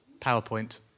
PowerPoint